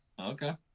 Okay